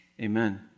amen